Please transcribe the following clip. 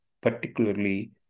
particularly